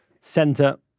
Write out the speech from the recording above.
center